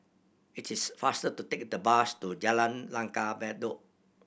it is faster to take the bus to Jalan Langgar Bedok